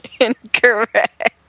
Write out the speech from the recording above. Incorrect